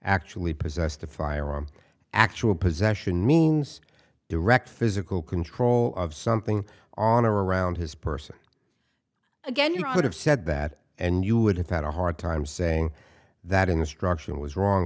actually possessed a firearm actual possession means direct physical control of something on or around his person again you could have said that and you would have had a hard time saying that instruction was wrong